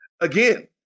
again